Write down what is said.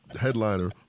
Headliner